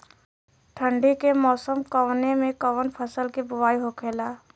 ठंडी के मौसम कवने मेंकवन फसल के बोवाई होखेला?